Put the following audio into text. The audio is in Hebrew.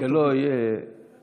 שלא תהיה טעות: